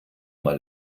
mal